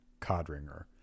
Codringer